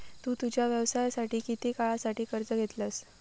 तु तुझ्या व्यवसायासाठी किती काळासाठी कर्ज घेतलंस?